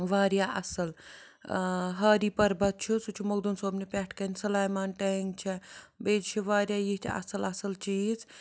واریاہ اَصٕل ہاری پَربت چھُ سُہ چھُ مخدوم صٲبنہِ پٮ۪ٹھ کَنۍ سُلایمان ٹینٛگ چھےٚ بیٚیہِ چھِ واریاہ ییٖتیٛاہ اَصٕل اَصٕل چیٖز